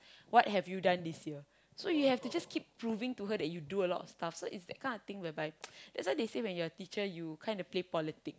what have you done this year so you have to keep proving to her you do a lot stuff so it's that kind of thing whereby that's why they say if you're a teacher you kind of play politics